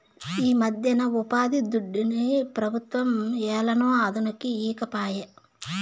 ఈమధ్యన ఉపాధిదుడ్డుని పెబుత్వం ఏలనో అదనుకి ఈకపాయే